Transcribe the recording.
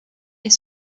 est